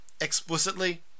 explicitly